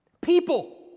People